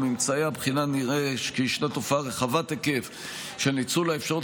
ומממצאי הבחינה נראה כי ישנה תופעה רחבת היקף של ניצול האפשרות